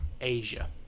Asia